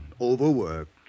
overworked